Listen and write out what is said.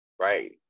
right